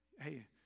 hey